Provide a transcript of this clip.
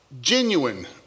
genuine